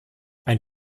ein